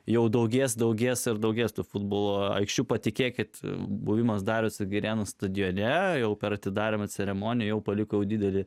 jau daugės daugės ir daugės tų futbolo aikščių patikėkit buvimas darosi girėno stadione jau per atidarymo ceremoniją palikau didelį